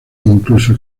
incluso